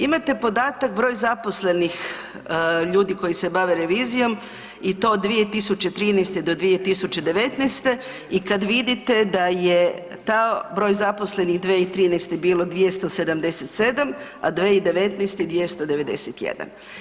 Imate podatak, broj zaposlenih ljudi koji se bave revizijom i to od 2013. do 2019. i kad vidite da je taj broj zaposlenih 2013. bilo 277, a 2019. 291.